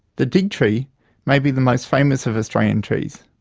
the dig tree may be the most famous of australian trees.